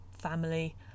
family